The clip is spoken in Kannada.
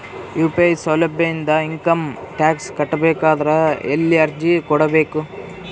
ಯು.ಪಿ.ಐ ಸೌಲಭ್ಯ ಇಂದ ಇಂಕಮ್ ಟಾಕ್ಸ್ ಕಟ್ಟಬೇಕಾದರ ಎಲ್ಲಿ ಅರ್ಜಿ ಕೊಡಬೇಕು?